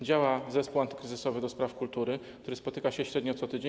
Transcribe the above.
Działa zespół antykryzysowy ds. kultury, który spotyka się średnio co tydzień.